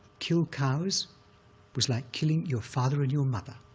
kill cows was like killing your father and your mother.